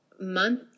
month